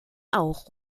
auch